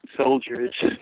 soldiers